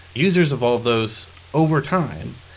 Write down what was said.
users evolved those over time.